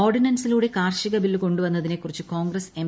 ഓർഡിനൻസിലൂടെ കാർഷിക ബില്ല് കൊണ്ടുവന്നതിനെ കുറിച്ച് കോൺഗ്രസ് എം